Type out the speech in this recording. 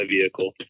vehicle